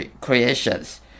creations